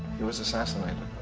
he was assassinated.